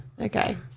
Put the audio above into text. Okay